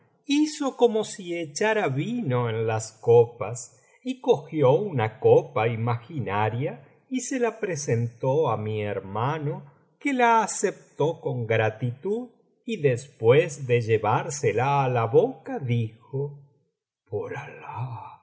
como si echara vino en las copas y cogió una copa imaginaria y se la presentó á mi hermano que la aceptó con gratitud y después de llevársela á la boca dijo por alah